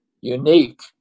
unique